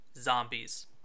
zombies